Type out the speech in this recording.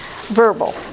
Verbal